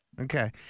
Okay